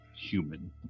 human